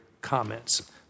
comments